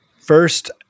first